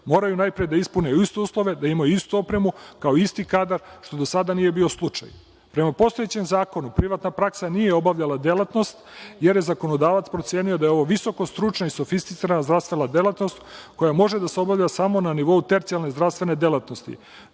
moraju najpre da ispune iste uslove, da imaju istu opremu, kao i isti kadar, što do sada nije bio slučaj. Prema postojećem zakonu privatna praksa nije obavljanja delatnost, jer je zakonodavac procenio da je ovo visokostručna i sofisticirana zdravstvena delatnost koja može da se obavlja samo na nivou tercijalne zdravstvene delatnosti. Novim